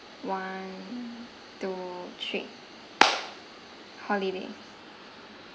one two three holiday